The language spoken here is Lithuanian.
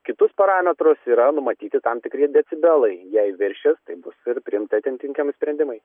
kitus parametrus yra numatyti tam tikri decibelai jei viršys tai bus ir priimti atitinkami sprendimai